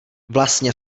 vlastně